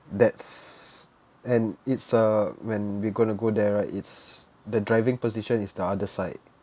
that's and it's uh when we gonna go there right it's the driving position is the other side